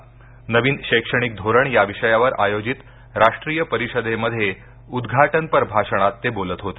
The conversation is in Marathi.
नवीन शैक्षणिक धोरण या विषयावर आयोजित राष्ट्रीय परिषदेमध्ये उद्घाटनपर भाषणात ते बोलत होते